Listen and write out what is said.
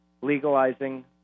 legalizing